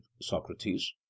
Socrates